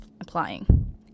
applying